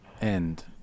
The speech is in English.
end